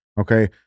okay